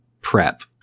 prep